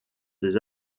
des